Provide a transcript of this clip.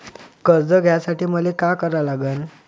कर्ज घ्यासाठी मले का करा लागन?